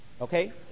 Okay